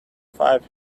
five